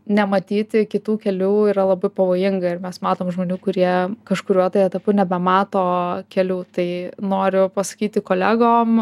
nematyti kitų kelių yra labai pavojinga ir mes matom žmonių kurie kažkuriuo etapu nebemato kelių tai noriu pasakyti kolegom